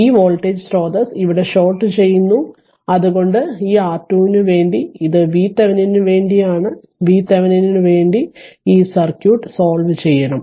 ഈ വോൾട്ടേജ് സ്രോതസ്സ് ഇവിടെ ഷോർട്ട് ചെയ്യുന്നു അതുകൊണ്ട് ഈ R2 നു വേണ്ടി ആണ് ഇത് VThevenin നു വേണ്ടി ആണ് VThevenin നു വേണ്ടി ഈ സർക്യൂട്ട് സോൾവ് ചെയ്യണം